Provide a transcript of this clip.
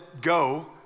go